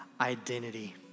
identity